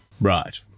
right